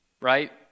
right